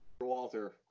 Walter